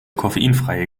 koffeinfreie